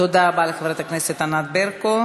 תודה רבה לך, חברת הכנסת ענת ברקו.